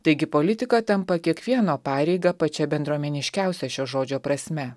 taigi politika tampa kiekvieno pareiga pačia bendruomeniškiausia šio žodžio prasme